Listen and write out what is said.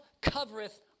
covereth